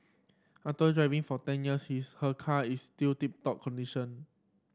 after driving for ten years his her car is still tip top condition